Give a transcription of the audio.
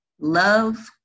Love